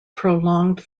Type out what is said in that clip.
prolonged